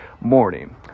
morning